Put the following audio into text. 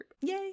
Yay